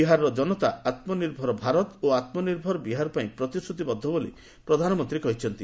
ବିହାରର ଜନତା ଆତ୍ମନିର୍ଭର ଭାରତ ଓ ଆତ୍ମ ନିର୍ଭର ବିହାର ପାଇଁ ପ୍ରତିଶ୍ରତିବଦ୍ଧ ବୋଲି ପ୍ରଧାନମନ୍ତ୍ରୀ କହିଛନ୍ତି